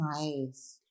nice